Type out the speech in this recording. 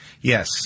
Yes